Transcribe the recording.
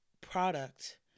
product